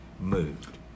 moved